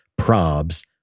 Probs